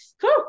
cool